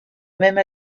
même